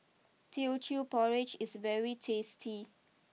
Teochew Porridge is very tasty